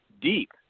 deep